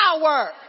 power